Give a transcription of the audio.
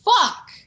fuck